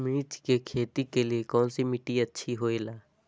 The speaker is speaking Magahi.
मिर्च की खेती के लिए कौन सी मिट्टी अच्छी होईला?